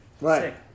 Right